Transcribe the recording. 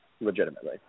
legitimately